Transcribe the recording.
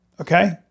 okay